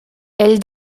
elle